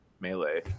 melee